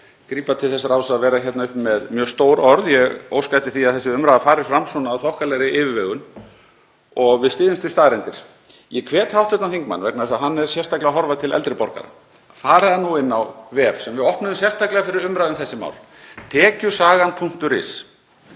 grípa til þess ráðs að vera hérna uppi með mjög stór orð. Ég óska eftir því að þessi umræða fari fram af þokkalegri yfirvegun og að við styðjumst við staðreyndir. Ég hvet hv. þingmann, vegna þess að hann er sérstaklega að horfa til eldri borgara, að fara nú inn á vef sem við opnuðum sérstaklega fyrir umræðu um þessi mál, tekjusagan.is.